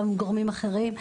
גם גורמים אחרים,